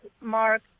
Mark